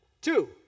two